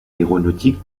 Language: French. aéronautique